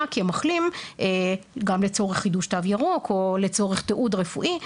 כמחלים גם לצורך חידוש תו ירוק או לצורך תיעוד רפואי.